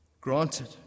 Granted